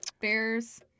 bears